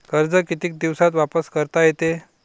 कर्ज कितीक दिवसात वापस करता येते?